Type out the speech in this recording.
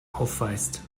aufweist